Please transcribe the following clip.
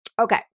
Okay